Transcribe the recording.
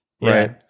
right